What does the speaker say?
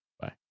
Bye